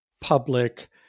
public